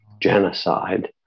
genocide